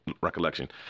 recollection